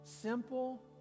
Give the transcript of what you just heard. Simple